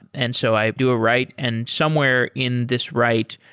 and so i do a write and somewhere in this write,